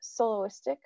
soloistic